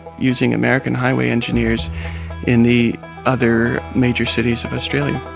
using american highway engineers in the other major cities of australia.